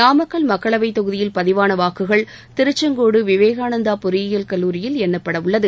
நாமக்கல் மக்களவைத் தொகுதியில் பதிவான வாக்குகள் திருச்செங்கோடு விவேகானந்தா பொறியியல் கல்லூரியில் எண்ணப்படவுள்ளது